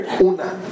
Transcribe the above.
una